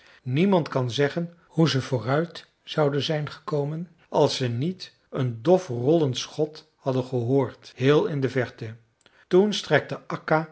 niemand kan zeggen hoe ze vooruit zouden zijn gekomen als ze niet een dof rollend schot hadden gehoord heel in de verte toen strekte akka